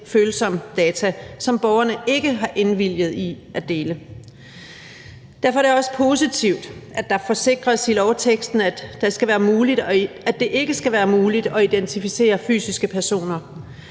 følsomme data, som borgerne ikke har indvilliget i at dele. Derfor er det også positivt, at det i lovteksten forsikres, at det ikke skal være muligt at identificere fysiske personer.